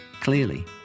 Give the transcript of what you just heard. Clearly